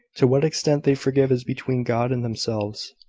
to what extent they forgive is between god and themselves.